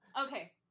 Okay